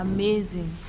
Amazing